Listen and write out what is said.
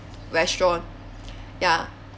restaurant ya